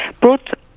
brought